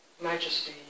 majesty